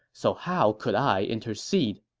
so how could i intercede?